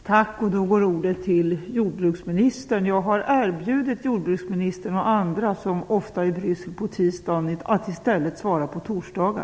Jag har erbjudit jordbruksministern och andra som ofta är i Bryssel på tisdagar att i stället svara på frågor på torsdagar.